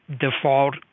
default